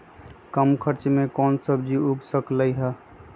कम खर्च मे कौन सब्जी उग सकल ह?